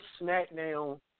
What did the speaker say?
SmackDown